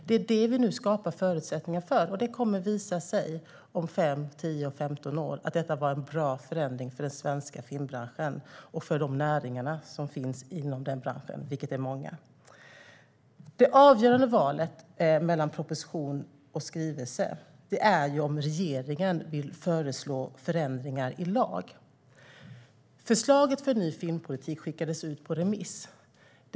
Det är detta som vi nu skapar förutsättningar för, och det kommer att visa sig om 5, 10 eller 15 år att det här var en bra förändring för den svenska filmbranschen och för de många näringar som verkar inom den. Det avgörande valet mellan proposition och skrivelse är om regeringen vill föreslå förändringar i lag. Förslaget till en ny filmpolitik skickades ut på remiss.